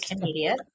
immediate